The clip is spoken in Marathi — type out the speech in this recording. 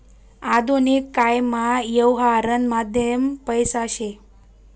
आधुनिक कायमा यवहारनं माध्यम पैसा शे